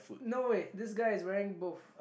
no way this guy is wearing both